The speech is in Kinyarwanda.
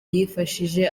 yifashije